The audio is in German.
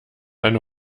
eine